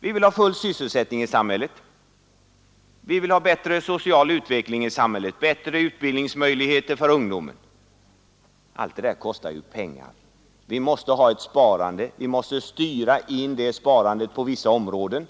Vi vill ha fullsysselsättning i samhället, vi vill ha bättre socialutveckling i samhället, vi vill ha bättre utbildningsmöjligheter för ungdomen. Allt det kostar pengar. Vi måste ha ett sparande, och vi måste styra in det sparandet på vissa områden.